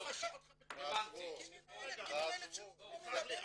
--- כי מנהלת השיווק לא מדברת איתי.